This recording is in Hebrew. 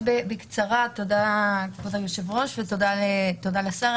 תודה, כבוד היושב-ראש והשר.